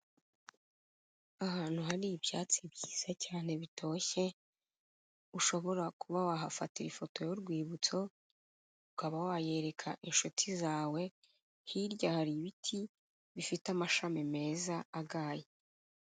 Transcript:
Ahantu hari ibyatsi byiza cyane bitoshye, ushobora kuba wahafatira ifoto y'urwibutso, ukaba wayereka inshuti zawe, hirya hari ibiti bifite amashami meza agaye.